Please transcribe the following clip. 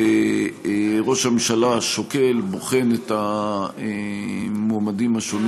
וראש הממשלה שוקל, בוחן את המועמדים השונים